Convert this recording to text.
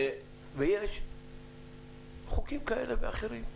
יש חוקים כאלה ואחרים,